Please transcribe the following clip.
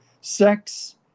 sex